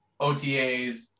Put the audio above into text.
OTAs